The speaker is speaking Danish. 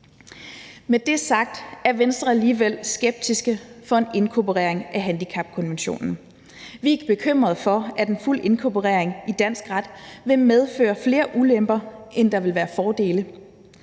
Med det sagt er Venstre alligevel skeptisk over for en inkorporering af handicapkonventionen. Vi er bekymrede for, at en fuld inkorporering i dansk ret vil medføre flere ulemper, end der vil være fordele.